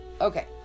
okay